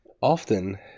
often